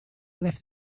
left